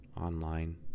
online